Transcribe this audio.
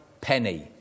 penny